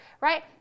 right